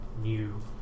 new